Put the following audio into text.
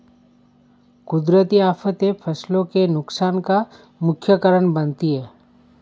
कुदरती आफतें फसलों के नुकसान का मुख्य कारण बनती है